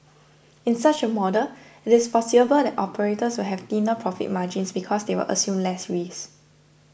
in such a model it is foreseeable that operators will have thinner profit margins because they will assume less risk